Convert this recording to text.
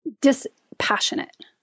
dispassionate